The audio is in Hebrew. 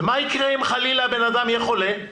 ומה יקרה אם חלילה הבן-אדם יהיה חולה?